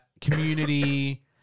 Community